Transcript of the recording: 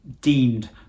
deemed